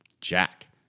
Jack